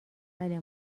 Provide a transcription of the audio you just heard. بله